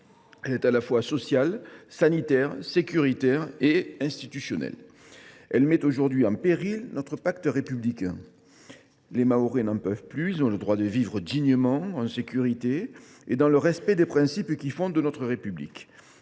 elle est à la fois sociale, sanitaire, sécuritaire et institutionnelle et met aujourd’hui en péril notre pacte républicain. Les Mahorais n’en peuvent plus. Ils ont le droit de vivre dignement, en sécurité, et dans le respect des principes qui fondent notre République.